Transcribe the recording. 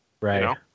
right